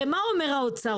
הרי מה אומר האוצר?